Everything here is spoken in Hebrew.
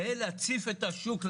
ולהציף את השוק,